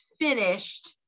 finished